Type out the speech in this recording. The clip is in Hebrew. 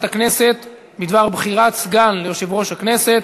הכנסת בדבר בחירת סגן ליושב-ראש הכנסת.